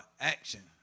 action